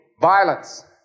violence